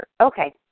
Okay